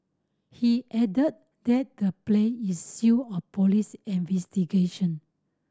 he added that the place is sealed of police investigation